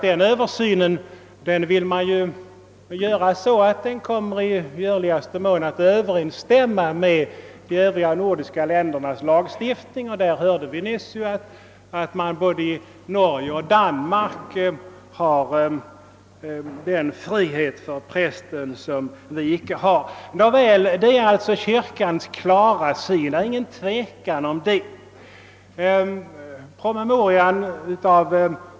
Denna översyn skall ju i görligaste mån bringas att överensstämma med de övriga nordiska ländernas lagstiftning. Vi hörde nyss att prästen i både Norge och Danmark redan har den frihet som han här inte åtnjuter. Nåväl, detta är alltså kyrkans bestämda uppfattning. Därom föreligger inte någon tvekan.